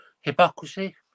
hypocrisy